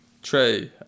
True